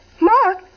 Mark